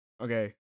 okay